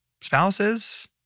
spouses